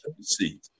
see